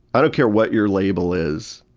i don't care what your label is,